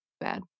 bad